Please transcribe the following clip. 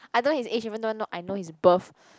I don't know his age even though not I know his birth